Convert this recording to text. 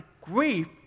Grief